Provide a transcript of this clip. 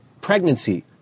Pregnancy